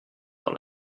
dans